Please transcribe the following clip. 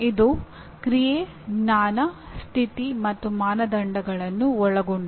ಇದು ಕ್ರಿಯೆ ಜ್ಞಾನ ಸ್ಥಿತಿ ಮತ್ತು ಮಾನದಂಡವನ್ನು ಒಳಗೊಂಡಿದೆ